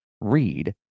read